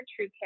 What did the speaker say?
TrueCare